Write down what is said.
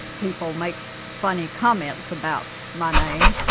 people make funny comments about my name.